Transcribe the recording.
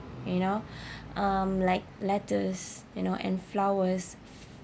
you know um like letters you know and flowers